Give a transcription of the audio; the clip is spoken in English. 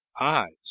eyes